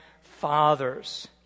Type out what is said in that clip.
fathers